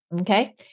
Okay